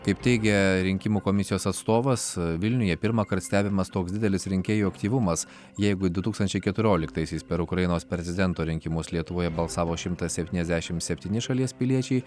kaip teigia rinkimų komisijos atstovas vilniuje pirmąkart stebimas toks didelis rinkėjų aktyvumas jeigu du tūkstančiai keturioliktaisiais per ukrainos prezidento rinkimus lietuvoje balsavo šimtas septyniasdešim septyni šalies piliečiai